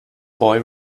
boy